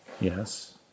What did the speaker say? yes